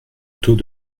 taux